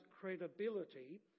credibility